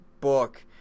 book